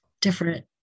different